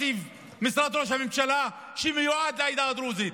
תקציב משרד ראש הממשלה שמיועד לעדה הדרוזית,